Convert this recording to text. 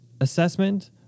assessment